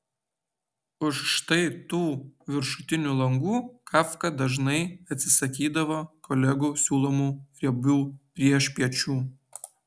už štai tų viršutinių langų kafka dažnai atsisakydavo kolegų siūlomų riebių priešpiečių